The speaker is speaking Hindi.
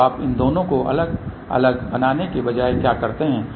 तो आप इन दोनों को अलग अलग बनाने के बजाय क्या करते हैं